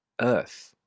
earth